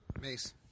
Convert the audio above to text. Mace